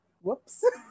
whoops